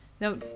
no